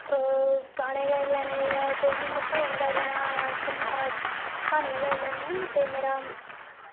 गाने गाई लैने जां कोई बी इ'यां भजन गाई लैना क्हानियां गाई लैनियां ते मेरा